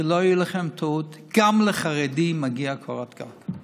שלא תהיה לכם טעות: גם לחרדים מגיעה קורת גג.